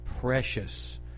precious